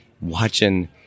watching